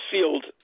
field